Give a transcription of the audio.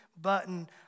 button